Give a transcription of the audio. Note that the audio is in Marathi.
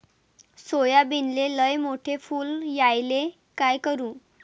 सोयाबीनले लयमोठे फुल यायले काय करू?